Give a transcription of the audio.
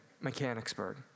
Mechanicsburg